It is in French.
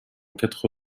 quatre